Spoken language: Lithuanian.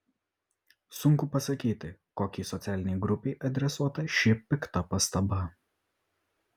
sunku pasakyti kokiai socialinei grupei adresuota ši pikta pastaba